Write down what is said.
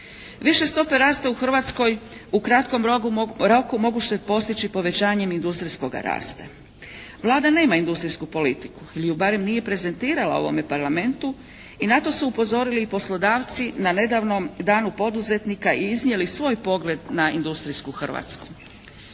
Više stope rasta u Hrvatskoj u kratkom roku moguće je postići povećanjem industrijskoga rasta. Vlada nema industrijsku politiku ili ju barem nije prezentirala u ovome Parlamentu i na to su upozorili i poslodavci na nedavnom Danu poduzetnika i iznijeli svoj pogled na industrijsku Hrvatsku.